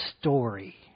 story